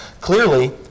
clearly